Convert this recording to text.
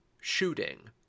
shooting